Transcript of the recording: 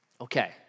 Okay